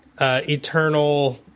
eternal